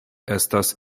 estas